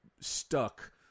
stuck